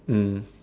mm